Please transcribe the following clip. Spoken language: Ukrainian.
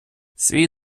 свій